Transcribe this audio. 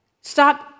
stop